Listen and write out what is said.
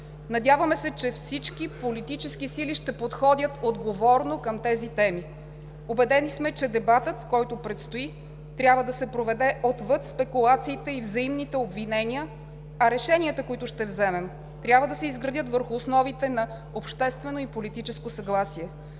Надяваме се, че всички политически сили ще подходят отговорно към тези теми. Убедени сме, че дебатът, който предстои, трябва да се проведе отвъд спекулациите и взаимните обвинения, а решенията, които ще вземем, трябва да се изградят върху основите на обществено и политическо съгласие.